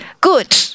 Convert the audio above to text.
Good